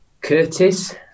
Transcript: Curtis